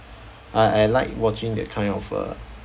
I I like watching that kind of uh